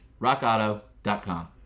rockauto.com